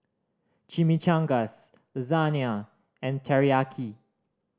Chimichangas Lasagne and Teriyaki